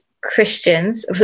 Christians